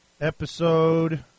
episode